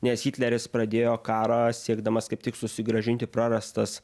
nes hitleris pradėjo karą siekdamas kaip tik susigrąžinti prarastas